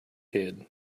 hid